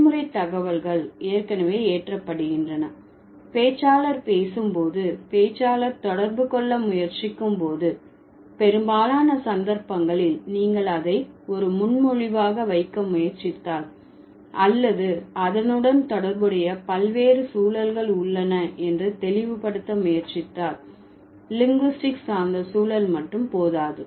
நடைமுறை தகவல்கள் ஏற்கனவே ஏற்றப்படுகின்றன பேச்சாளர் பேசும் போது பேச்சாளர் தொடர்பு கொள்ள முயற்சிக்கும் போது பெரும்பாலான சந்தர்ப்பங்களில் நீங்கள் அதை ஒரு முன்மொழிவாக வைக்க முயற்சித்தால் அல்லது அதனுடன் தொடர்புடைய பல்வேறு சூழல்கள் உள்ளன என்று தெளிவுபடுத்த முயற்சித்தால் லிங்குஸ்டிக் சார்ந்த சூழல் மட்டும் போதாது